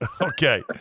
Okay